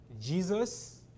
Jesus